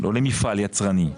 לא למפעל יצרני.